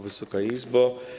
Wysoka Izbo!